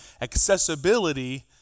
Accessibility